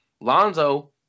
Lonzo